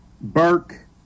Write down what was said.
Burke